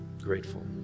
grateful